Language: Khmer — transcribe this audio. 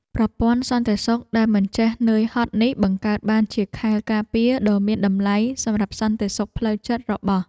ប្រព័ន្ធសន្តិសុខដែលមិនចេះនឿយហត់នេះបង្កើតបានជាខែលការពារដ៏មានតម្លៃសម្រាប់សន្តិភាពផ្លូវចិត្តរបស់។